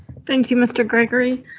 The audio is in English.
thank you mr gregory.